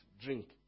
drink